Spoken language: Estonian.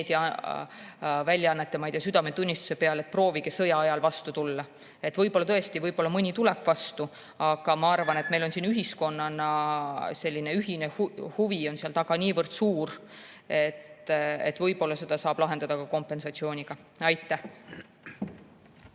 meediaväljaannete südametunnistuse peale, et proovige sõja ajal vastu tulla. Võib-olla tõesti mõni tuleb vastu. Aga ma arvan, et meil on ühiskonnana ühine huvi seal taga niivõrd suur, et võib-olla seda saab lahendada ka kompensatsiooniga. Aitäh!